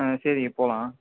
ஆ சரிங்க போகலாம்